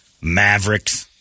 Mavericks